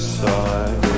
side